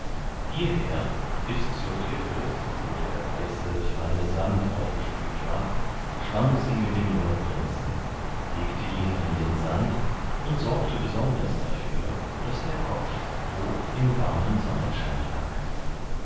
hierher bis zur klippe wo der weiße feine sand aufgespült war schwamm sie mit dem schönen prinzen legte ihn in den sand und sorgte besonders dafür daß der kopf hoch im warmen sonnenschein lag